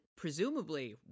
presumably